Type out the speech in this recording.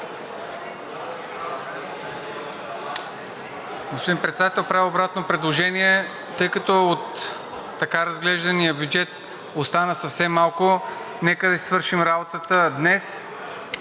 Господин Председател, правя обратно предложение. От така разглеждания бюджет остана съвсем малко и нека да си свършим работата днес,